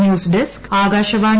news desk Akashvani